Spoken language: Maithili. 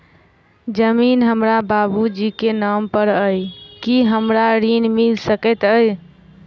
जमीन हमरा बाबूजी केँ नाम पर अई की हमरा ऋण मिल सकैत अई?